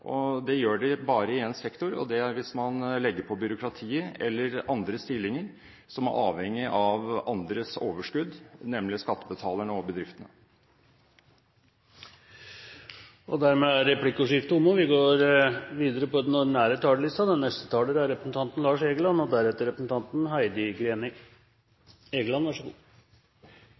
Det gjør de bare i én sektor, og det er hvis man legger på byråkratiet eller andre stillinger som er avhengig av andres overskudd, nemlig skattebetalerne og bedriftene. Replikkordskiftet er dermed omme. Det er